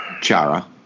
Chara